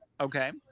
Okay